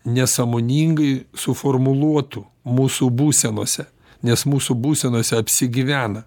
nesąmoningai suformuluotų mūsų būsenose nes mūsų būsenose apsigyvena